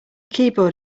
keyboard